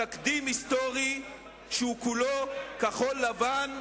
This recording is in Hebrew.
תקדים היסטורי שהוא כולו כחול-לבן,